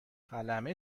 قلمه